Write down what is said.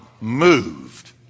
moved